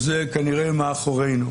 אז זה כנראה מאחורינו.